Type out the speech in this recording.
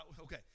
okay